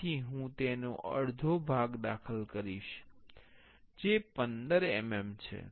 તેથી હું તેનો અડધો ભાગ દાખલ કરીશ જે 15 mm છે